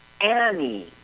Annie